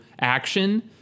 action